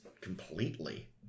completely